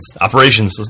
operations